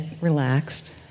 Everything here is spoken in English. relaxed